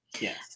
Yes